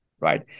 right